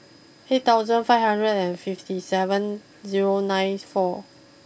eight thousand five hundred and fifty seven zero nine four